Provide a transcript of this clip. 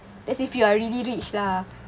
that's if you are really rich lah